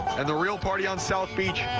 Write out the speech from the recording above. and the real party on south beach,